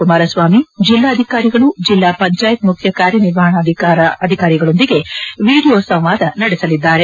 ಕುಮಾರಸ್ವಾಮಿ ಜಿಲ್ಲಾಧಿಕಾರಿಗಳು ಜಿಲ್ಲಾ ಪಂಚಾಯತ್ ಮುಖ್ಯ ಕಾರ್ಯನಿರ್ವಾಹಕ ಅಧಿಕಾರಿಗಳೊಂದಿಗೆ ವಿಡಿಯೋ ಸಂವಾದ ನಡೆಸಲಿದ್ದಾರೆ